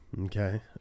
Okay